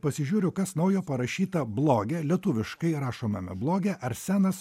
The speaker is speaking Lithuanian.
pasižiūriu kas naujo parašyta bloge lietuviškai rašomame bloge arsenas